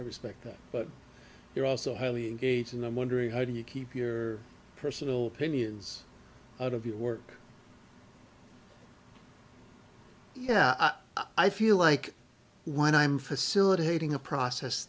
i respect that but they're also highly engaged and i'm wondering how do you keep your personal opinions out of your work yeah i feel like when i'm facilitating a process